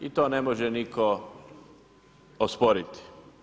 I to ne može nitko osporiti.